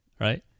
right